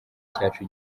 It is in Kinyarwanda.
cyacu